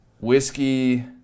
whiskey